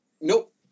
Nope